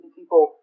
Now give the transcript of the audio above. people